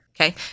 Okay